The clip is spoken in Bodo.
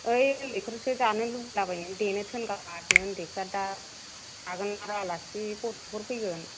ओइ उन्दैफोरसो जानो लुगैलाबायनानै देनो थोनगासिनो उन्दैफ्रा दा गाबोन आरो आलासि गथ'फोर फैगोन